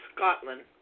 Scotland